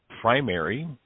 primary